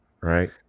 Right